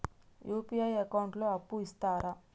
UPI account లో అప్పు ఇస్తరా?